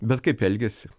bet kaip elgiasi